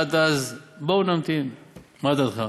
עד אז, בואו נמתין, מה דעתך?